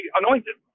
anointed